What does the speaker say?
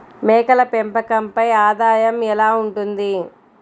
మేకల పెంపకంపై ఆదాయం ఎలా ఉంటుంది?